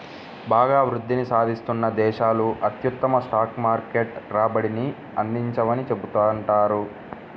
బాగా వృద్ధిని సాధిస్తున్న దేశాలు అత్యుత్తమ స్టాక్ మార్కెట్ రాబడిని అందించవని చెబుతుంటారు